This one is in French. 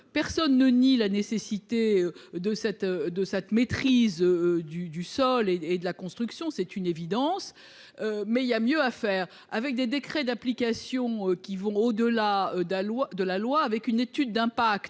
Personne ne nie la nécessité de cette de cette maîtrise du du sol et et de la construction, c'est une évidence. Mais il y a mieux à faire avec des décrets d'application qui vont au-delà. Dalwa de la loi avec une étude d'impact